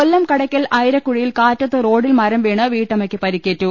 കൊല്ലം കടയ്ക്കൽ ഐരക്കുഴിയിൽ കാറ്റത്ത് റോഡിൽ മരം വീണ് വീട്ടമ്മയ്ക്ക് പരിക്കേറ്റു